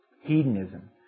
hedonism